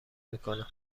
میکنه